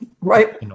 Right